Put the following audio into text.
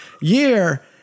year